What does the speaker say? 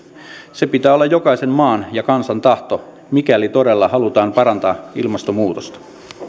sen pitää olla jokaisen maan ja kansan tahto mikäli todella halutaan parantaa ilmastonmuutosta